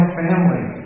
family